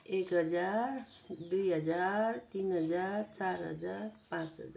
एक हजार दुई हजार तिन हजार चार हजार पाँच हजार